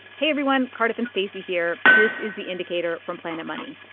hey, everyone. cardiff and stacey here. this is the indicator from planet money.